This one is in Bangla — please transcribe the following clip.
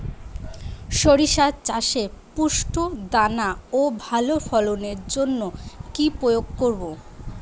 শরিষা চাষে পুষ্ট দানা ও ভালো ফলনের জন্য কি প্রয়োগ করব?